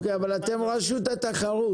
אוקי, אבל אתם רשות התחרות,